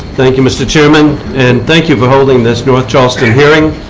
thank you, mr. chairman. and thank you for holding this north charleston hearing.